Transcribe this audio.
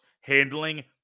handling